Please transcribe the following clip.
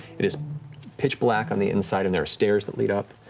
it is pitch black on the inside and there are stairs that lead up.